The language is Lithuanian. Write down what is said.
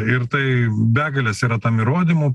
ir tai begalės yra tam įrodymų